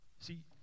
See